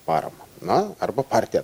paramą na arba partija